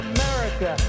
America